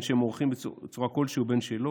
בין שהם ערוכים בצורה כלשהי ובין אם לאו".